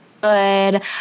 good